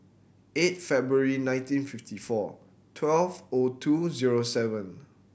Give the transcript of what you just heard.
eight February nineteen fifty four twelve O two zero seven